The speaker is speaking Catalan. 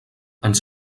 ens